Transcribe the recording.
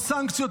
או סנקציות,